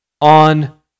on